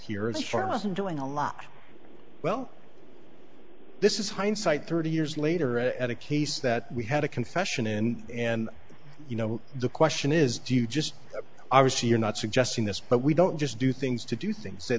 here as far as i'm doing a lot well this is hindsight thirty years later at a case that we had a confession in and you know the question is do you just obviously you're not suggesting this but we don't just do things to do things that